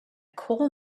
coal